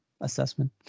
assessment